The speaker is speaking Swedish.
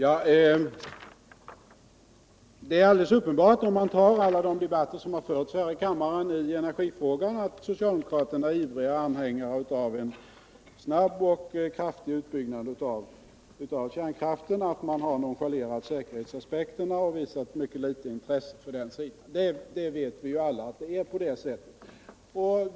Herr talman! Det är alldeles uppenbart, om man utgår från alla de debatter som har förts här i kammaren i energifrågan, att socialdemokraterna är ivriga anhängare av en snabb och kraftig utbyggnad av kärnkraften och att de har nonchalerat säkerhetsaspekterna och visat mycket litet intresse för den sidan. Alla vet att det är på det sättet.